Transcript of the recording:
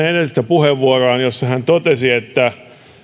puheenvuoroaan jossa hän totesi että